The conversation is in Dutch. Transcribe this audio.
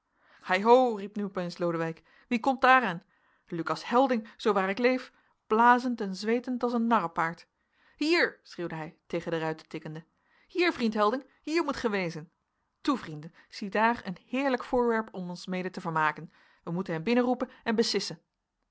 hei ho riep nu opeens lodewijk wie komt daar aan lucas helding zoo waar ik leef blazend en zweetend als een narrepaard hier schreeuwde hij tegen de ruiten tikkende hier vriend helding hier moet gij wezen toe vrienden ziedaar een heerlijk voorwerp om ons mede te vermaken wij moeten hem binnenroepen en besissen